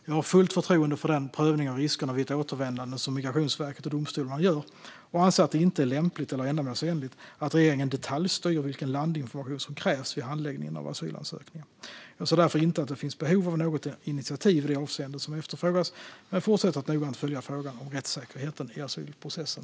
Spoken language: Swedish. Jag har fullt förtroende för den prövning av riskerna vid ett återvändande som Migrationsverket och domstolarna gör och anser att det inte är lämpligt eller ändamålsenligt att regeringen detaljstyr vilken landinformation som krävs vid handläggningen av asylansökningar. Jag ser därför inte att det finns behov av något initiativ i det avseende som efterfrågas men fortsätter att noggrant följa frågan om rättssäkerheten i asylprocessen.